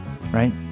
Right